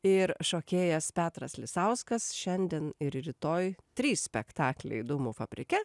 ir šokėjas petras lisauskas šiandien ir rytoj trys spektakliai dūmų fabrike